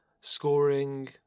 scoring